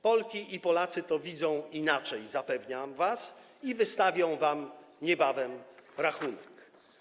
Polki i Polacy widzą to inaczej, zapewniam was, i wystawią wam niebawem rachunek.